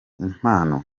impano